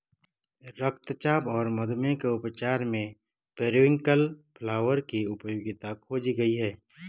रक्तचाप और मधुमेह के उपचार में पेरीविंकल फ्लावर की उपयोगिता खोजी गई है